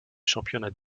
championnats